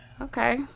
Okay